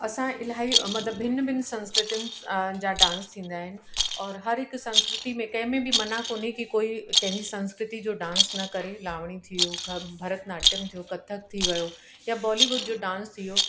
असां इलाही मतलब भिन्न भिन्न संस्कृतियुनि जा डांस थींदा आहिनि और हर हिकु संस्कृति में कंहिं में बि मना कोने की कोई कंहिंजी संस्कृतिअ जो डांस न करे लाविणी थी वियो ग भरतनाट्यम थियो कथक थी वियो या बॉलीवुड जो डांस थी वियो